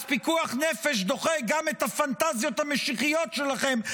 אז פיקוח נפש דוחה גם את הפנטזיות המשיחיות שלכם,